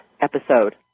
episode